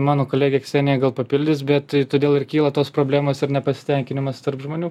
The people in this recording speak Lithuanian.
mano kolegė ksenija gal papildys bet todėl ir kyla tos problemos ir nepasitenkinimas tarp žmonių